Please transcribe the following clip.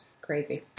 crazy